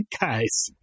guys